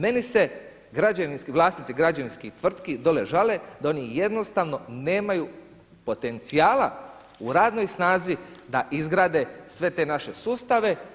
Meni se vlasnici građevinskih tvrtki dole žale da oni jednostavno nemaju potencijala u radnoj snazi da izgrade sve te naše sustave.